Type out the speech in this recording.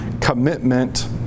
commitment